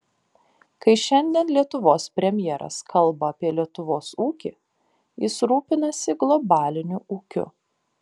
kai šiandien lietuvos premjeras kalba apie lietuvos ūkį jis rūpinasi globaliniu ūkiu